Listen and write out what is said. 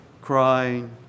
crying